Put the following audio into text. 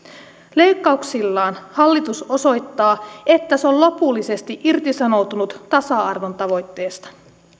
leikkauksillaan hallitus osoittaa että se on lopullisesti irtisanoutunut tasa arvon tavoitteesta